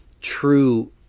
true